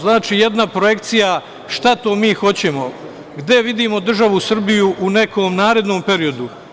Znači, jedna projekcija, šta to mi hoćemo, gde mi vidimo državu Srbiju u nekom drugom periodu.